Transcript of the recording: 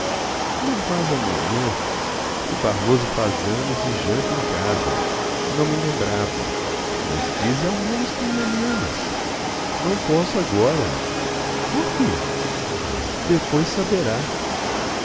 não vás amanhã o barroso faz anos e janta em casa não me lembrava mas dize ao menos que ainda me amas não posso agora por quê depois saberá